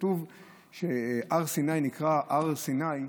כתוב שהר סיני נקרא "הר סיני"